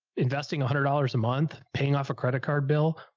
investing a hundred dollars a month, paying off a credit card bill,